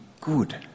good